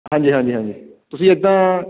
ਹਾਂਜੀ ਹਾਂਜੀ ਹਾਂਜੀ ਤੁਸੀਂ ਇੱਦਾਂ